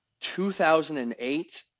2008